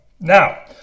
now